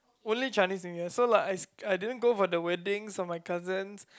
only Chinese New Year so like I I didn't go for the wedding so my cousin